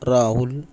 Rahul